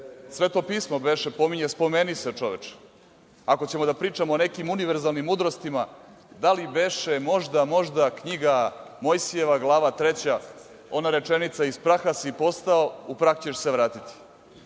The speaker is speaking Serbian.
Sveto pismo beše pominje – spomeni se čoveče. Ako ćemo da pričamo o nekim univerzalnim mudrostima, da li beše možda Knjiga Mojsijeva, Glava III, ona rečenica – iz praha si postao, u prah ćeš se vratiti.